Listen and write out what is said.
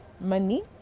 money